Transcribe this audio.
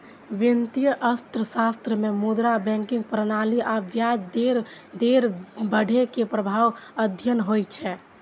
वित्तीय अर्थशास्त्र मे मुद्रा, बैंकिंग प्रणाली आ ब्याज दर बढ़ै के प्रभाव अध्ययन होइ छै